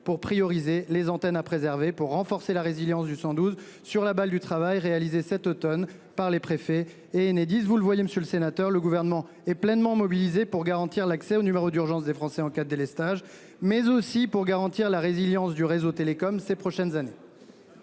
pour prioriser les antennes à préserver pour renforcer la résilience du 112 sur la balle du travail réalisé cet Automne par les préfets et né disent vous le voyez, Monsieur le Sénateur, le gouvernement est pleinement mobilisée pour garantir l'accès aux numéros d'urgence des Français en cas de délestage mais aussi pour garantir la résilience du réseau Télécom ces prochaines années.--